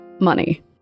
Money